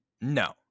No